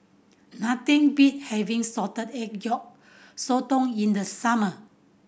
nothing beat having salted egg yolk sotong in the summer